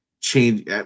change